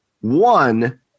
one